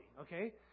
okay